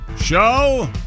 Show